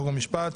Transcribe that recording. חוק ומשפט.